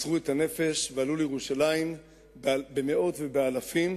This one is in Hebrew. מסרו את הנפש ועלו לירושלים במאות ובאלפים,